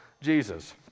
Jesus